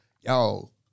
y'all